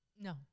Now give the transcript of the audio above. No